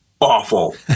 awful